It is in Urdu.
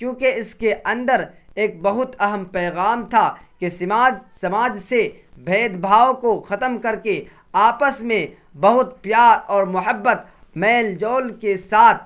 کیونکہ اس کے اندر ایک بہت اہم پیغام تھا کہ سماج سماج سے بھید بھاؤ کو ختم کر کے آپس میں بہت پیار اور محبت میل جول کے ساتھ